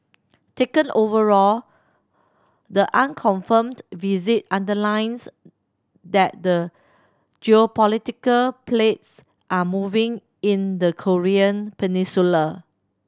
taken overall the unconfirmed visit underlines that the geopolitical plates are moving in the Korean Peninsula